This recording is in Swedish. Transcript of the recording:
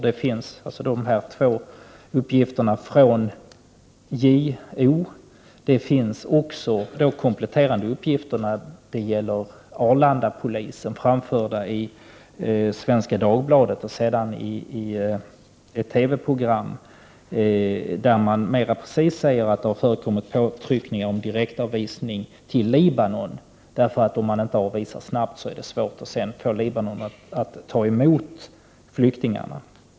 Det finns alltså de här två uppgifterna från JO och det finns kompletterande uppgifter beträffande Arlandapolisen, framförda i Svenska Dagbladet och sedan i ett TV-program, där det sägs mera precis att det har förekommit påtryckningar om direktavvisning till Libanon, därför att om man inte avvisar snabbt är det svårt att sedan få Libanon att ta emot flyktingarna.